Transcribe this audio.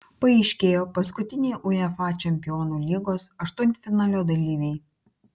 paaiškėjo paskutiniai uefa čempionų lygos aštuntfinalio dalyviai